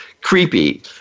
creepy